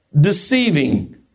deceiving